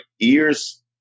ears